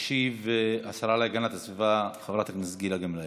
תשיב השרה להגנת הסביבה חברת הכנסת גילה גמליאל.